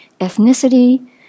ethnicity